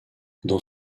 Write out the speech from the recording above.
dans